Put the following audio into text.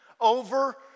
over